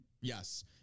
Yes